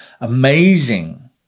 amazing